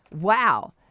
Wow